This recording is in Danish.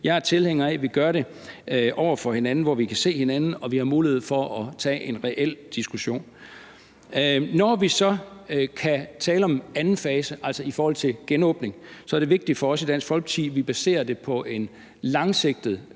Jeg er tilhænger af, at vi gør det over for hinanden, hvor vi kan se hinanden, og hvor vi har mulighed for tage en reel diskussion. Når vi så kan tale om anden fase, altså i forhold til en genåbning, er det vigtigt for os i Dansk Folkeparti, at vi baserer det på en langsigtet